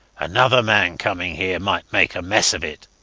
another man coming here might make a mess of it.